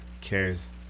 cares